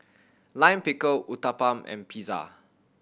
Lime Pickle Uthapam and Pizza